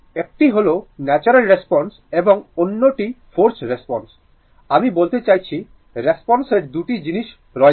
একটি হল natural response এবং অন্যটি ফোর্সড রেসপন্স আমি বলতে চাইছি রেস্পন্সের দুটি জিনিস রয়েছে